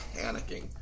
panicking